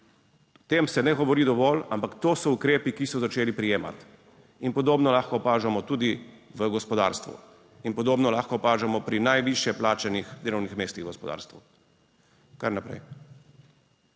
tem se ne govori dovolj, ampak to so ukrepi, ki so začeli prijemati in podobno lahko opažamo tudi v gospodarstvu in podobno lahko opažamo pri najvišje plačanih delovnih mestih v gospodarstvu. Tisto, kar je